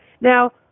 Now